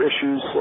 issues